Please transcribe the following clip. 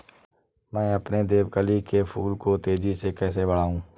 मैं अपने देवकली के फूल को तेजी से कैसे बढाऊं?